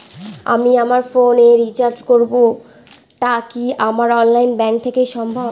আমি আমার ফোন এ রিচার্জ করব টা কি আমার অনলাইন ব্যাংক থেকেই সম্ভব?